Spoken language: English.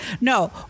no